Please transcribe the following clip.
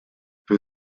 für